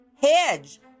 hedge